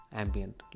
ambient